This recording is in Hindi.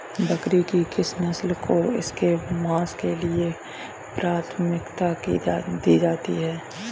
बकरी की किस नस्ल को इसके मांस के लिए प्राथमिकता दी जाती है?